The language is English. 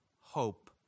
hope